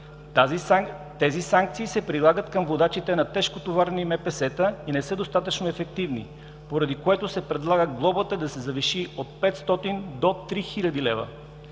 Тези санкции се прилагат към водачите на тежкотоварни МПС-та и не са достатъчно ефективни, поради което се предлага глобата да се завиши от 500 до 3000 лв.